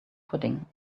footing